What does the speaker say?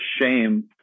shame